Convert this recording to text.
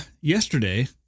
yesterday